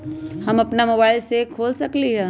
हम अपना मोबाइल से खोल सकली ह?